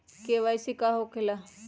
KYC का हो के ला?